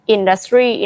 Industry